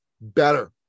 better